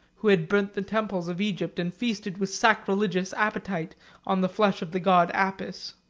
who had burnt the temples of egypt, and feasted with sacrilegious appetite on the flesh of the god apis.